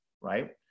right